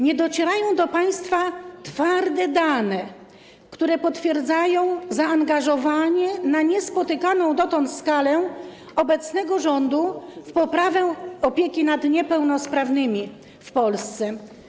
Nie docierają do państwa twarde dane, które potwierdzają zaangażowanie na niespotykaną dotąd skalę obecnego rządu w poprawę opieki nad niepełnosprawnymi w Polsce.